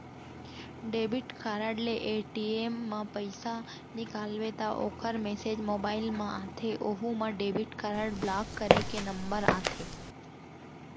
debit card ले ATM म पइसा निकालबे त ओकर मेसेज मोबाइल म आथे ओहू म डेबिट कारड ब्लाक करे के नंबर आथे